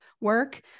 work